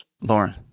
Lauren